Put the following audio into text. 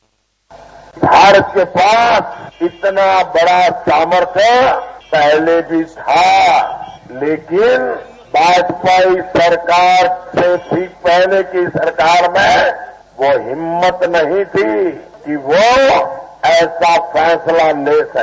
bite Bharat के पास इतना बड़ा सामर्थ्य पहले भी था लेकिन भाजपा सरकार से भी पहले की सरकार में वह हिम्मत नहीं थी कि वह ऐसा फैसला ले सके